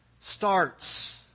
starts